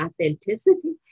authenticity